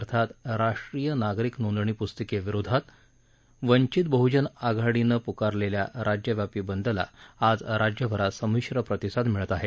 अर्थात राष्ट्रीय नागरिक नोंदणी प्रस्तिकेविरोधात वंचित बहजन विकास आघाडीनं पुकारलेल्या राज्यव्यापी बंदला आज राज्यभरात संमीश्र प्रतिसाद मिळत आहे